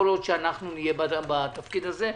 כל עוד אנחנו נהיה בתפקיד הזה.